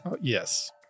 Yes